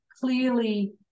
Clearly